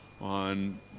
on